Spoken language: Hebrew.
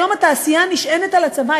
היום התעשייה נשענת על הצבא,